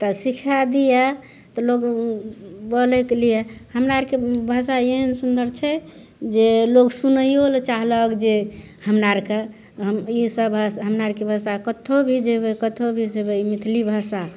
तऽ सिखाए दियए तऽ लोग बोलैके लिए हमरा आरके भाषा एहन सुंदर छै जे लोग सुनैयो लए चाहलक जे हमरा आरके इसब हमरा आरके भाषा कतहो भी जेबै कतहो भी जेबै ई मैथिली भाषा